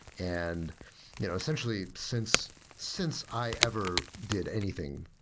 and you know essentially, since since i ever did anything